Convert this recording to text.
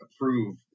approve